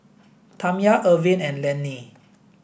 Tamya Irvin and Laney